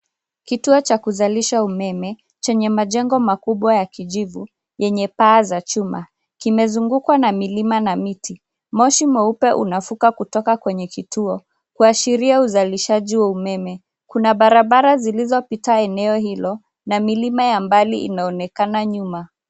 Kituo cha kuzalisha umeme chenye majengo makubwa ya kijivu yenye paa za chuma, kimezungukwa na milima na miti, moshi mweupe unafuka kutoka kwenye kituo, kuashiria uzalishaji wa umeme, kuna barabara zilizopita eneo hilo na milima ya mbali inaonekana nyuma.